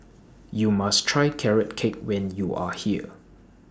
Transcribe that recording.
YOU must Try Carrot Cake when YOU Are here